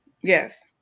Yes